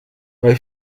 bei